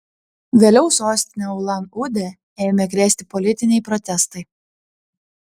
vėliau sostinę ulan udę ėmė krėsti politiniai protestai